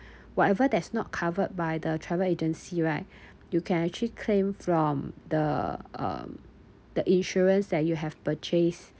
whatever that is not covered by the travel agency right you can actually claim from the um the insurance that you have purchased